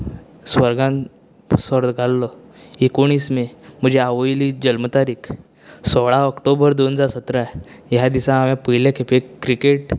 स्वर्गान सोडून गेल्लो एकोणीस मे म्हज्या आवयली जल्म तारीख सोळा ऑक्टोबर दोन हजार सतरा ह्या दिसा हांवेन पयले खेपेक क्रिकेट